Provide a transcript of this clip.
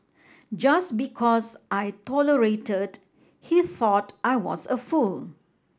just because I tolerated he thought I was a fool